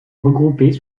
regroupées